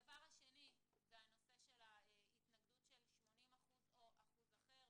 הדבר השני זה הנושא של התנגדות של 80% או אחוז אחר.